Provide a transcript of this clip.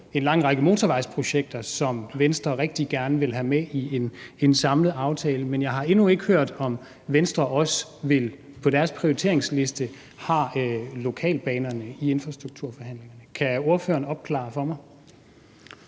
en lang række motorvejsprojekter, som Venstre rigtig gerne vil have med i en samlet aftale, men jeg har endnu ikke hørt, om Venstre også har lokalbanerne på deres prioriteringsliste i infrastrukturforhandlingerne. Kan ordføreren opklare det for mig?